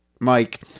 Mike